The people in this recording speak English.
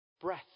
Breath